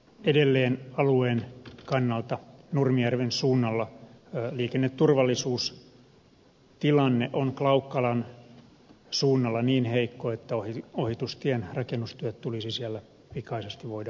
edelleen alueen kannalta nurmijärven suunnalla liikenneturvallisuustilanne on klaukkalan suunnalla niin heikko että ohitustien rakennustyöt tulisi siellä pikaisesti voida aloittaa